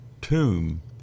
tomb